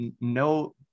No